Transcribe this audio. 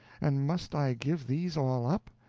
and must i give these all up?